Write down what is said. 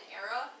era